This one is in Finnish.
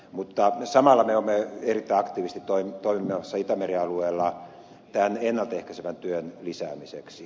mutta samalla me olemme erittäin aktiivisesti toimimassa itämeren alueella tämän ennalta ehkäisevän työn lisäämiseksi